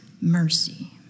mercy